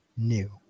New